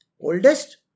Oldest